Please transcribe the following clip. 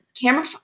camera